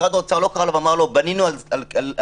משרד האוצר לא קרא לו ואמר לו: בנינו על אוצר